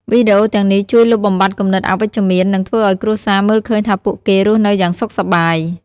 វីដេអូទាំងនេះជួយលុបបំបាត់គំនិតអវិជ្ជមាន និងធ្វើឲ្យគ្រួសារមើលឃើញថាពួកគេរស់នៅយ៉ាងសុខសប្បាយ។